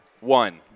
One